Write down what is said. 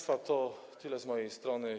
To tyle z mojej strony.